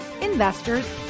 investors